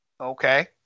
Okay